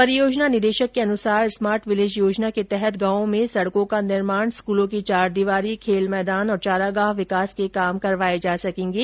परियोजना निदेशक के अनुसार स्मार्ट विलेज योजना के तहत गांवों में सड़कों का निर्माण स्क्रलों की चारदिवारी खेल मैदान और चारागाह विकास के काम करवाये जा सकेंगे